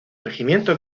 regimiento